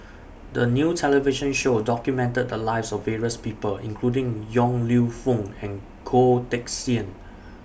The New television Show documented The Lives of various People including Yong Lew Foong and Goh Teck Sian